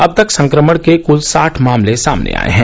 अब तक संक्रमण के कल साठ मामले सामने आये हैं